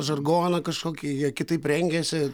žargoną kažkokį jie kitaip rengėsi